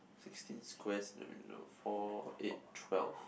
sixteen squares four eight twelve